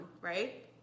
right